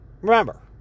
remember